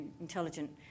intelligent